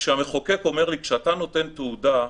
המחוקק אומר לי: "כשאתה נותן תעודה,